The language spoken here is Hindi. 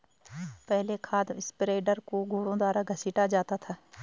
पहले खाद स्प्रेडर को घोड़ों द्वारा घसीटा जाता था